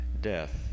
Death